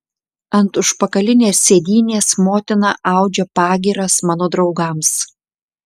ant užpakalinės sėdynės motina audžia pagyras mano draugams